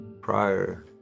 Prior